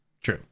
true